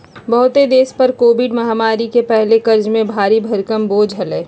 बहुते देश पर कोविड महामारी के पहले कर्ज के भारी भरकम बोझ हलय